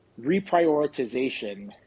reprioritization